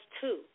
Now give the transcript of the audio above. two